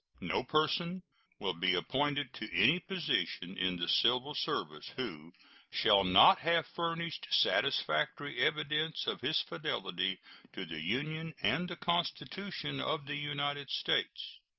no person will be appointed to any position in the civil service who shall not have furnished satisfactory evidence of his fidelity to the union and the constitution of the united states.